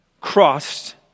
crossed